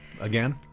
Again